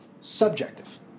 subjective